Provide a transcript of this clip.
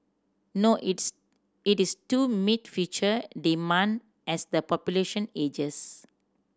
no its it is to meet future demand as the population ages